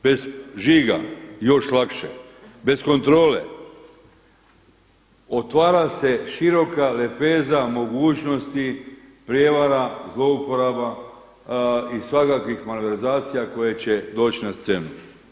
Bez žiga, još lakše, bez kontrole otvara se široka lepeza mogućnosti prijevara, zlouporaba i svakakvih malverzacija koje će doći na scenu.